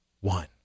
one